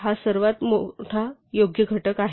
हा सर्वात योग्य घटक आहे